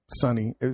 Sunny